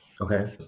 Okay